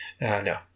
No